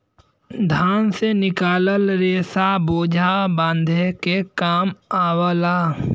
धान से निकलल रेसा बोझा बांधे के काम आवला